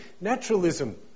Naturalism